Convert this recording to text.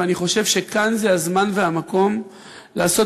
ואני חושב שכאן זה הזמן והמקום לעשות